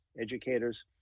educators